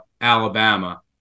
Alabama